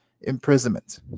imprisonment